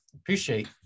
appreciate